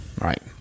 right